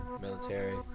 military